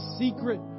secret